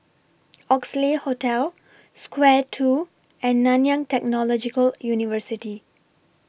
Oxley Hotel Square two and Nanyang Technological University